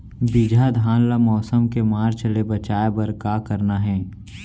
बिजहा धान ला मौसम के मार्च ले बचाए बर का करना है?